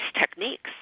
techniques